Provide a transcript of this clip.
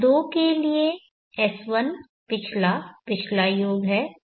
S2 के लिए S1 पिछला पिछला योग है